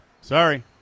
Sorry